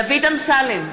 (קוראת בשמות חברי הכנסת) דוד אמסלם,